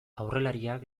aurrelariak